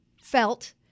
felt